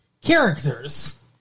characters